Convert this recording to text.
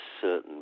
certain